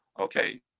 okay